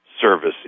service